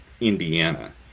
Indiana